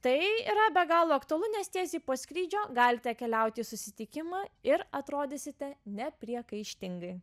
tai yra be galo aktualu nes tiesiai po skrydžio galite keliauti į susitikimą ir atrodysite nepriekaištingai